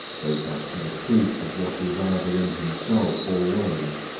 both as to the truth of what is either in himself or ways,